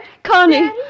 Connie